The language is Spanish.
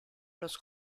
los